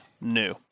new